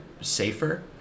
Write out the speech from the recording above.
safer